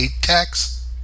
tax